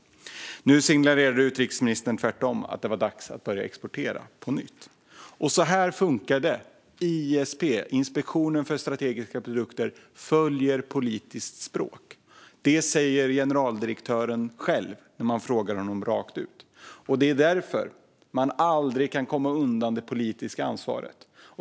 Den dåvarande utrikesministern signalerade alltså under debatten i juni att det tvärtom var dags att börja exportera på nytt. Och så funkar det - ISP, Inspektionen för strategiska produkter, följer politiskt språk. Det säger generaldirektören själv om man frågar honom rakt ut. Det är därför man aldrig kan komma undan det politiska ansvaret.